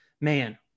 man